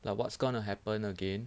like what's gonna happen again